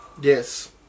Yes